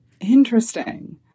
Interesting